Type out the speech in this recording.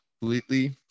completely